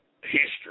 history